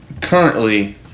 currently